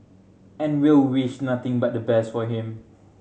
and we'll wish nothing but the best for him